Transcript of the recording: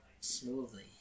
smoothly